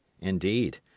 Indeed